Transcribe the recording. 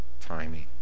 timing